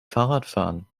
fahrradfahren